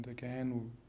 Again